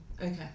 Okay